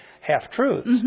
half-truths